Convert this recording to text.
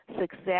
success